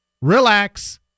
relax